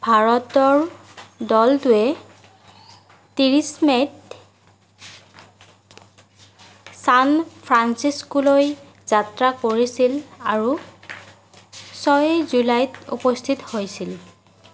ভাৰতৰ দলটোৱে ত্ৰিছ মে'ত চান ফ্ৰান্সিস্কোলৈ যাত্ৰা কৰিছিল আৰু ছয় জুলাইত উপস্থিত হৈছিল